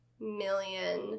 million